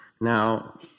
Now